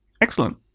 excellent